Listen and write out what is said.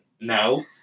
No